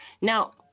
Now